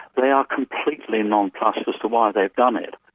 they are completely nonplussed as to why they've done it.